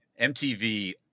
MTV